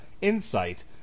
insight